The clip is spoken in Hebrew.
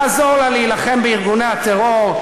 לעזור לה להילחם בארגוני הטרור,